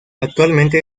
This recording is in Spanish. actualmente